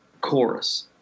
chorus